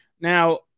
Now